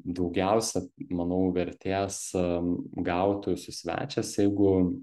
daugiausia manau vertės gautų jūsų svečias jeigu